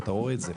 ואתה רואה את זה.